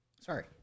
sorry